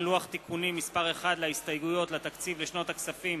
לוח תיקונים מס' 1 להסתייגויות לתקציב לשנות הכספים